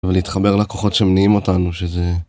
אבל להתחבר לכוחות שמניעים אותנו, שזה...